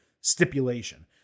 stipulation